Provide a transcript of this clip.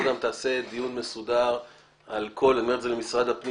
נעשה דיון מסודר על כל התנהלות הבחירות.